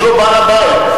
לא רק זה, יש לו בעל בית.